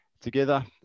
together